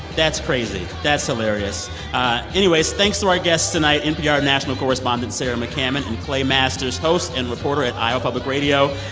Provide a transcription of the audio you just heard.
that's crazy. that's hilarious anyways, thanks to our guests tonight, npr national correspondent sarah mccammon and clay masters, host and reporter at iowa public radio.